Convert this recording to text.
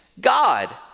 God